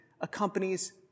accompanies